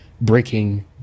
Breaking